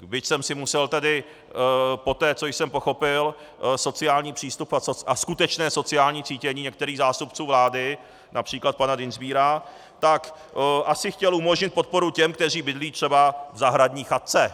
Byť jsem si musel poté, co jsem pochopil sociální přístup a skutečné sociální cítění některých zástupců vlády, například pana Dienstbiera, tak asi chtěl umožnit podporu těm, kteří bydlí třeba v zahradní chatce.